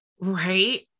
Right